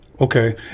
Okay